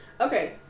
Okay